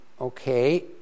okay